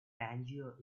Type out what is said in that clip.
tangier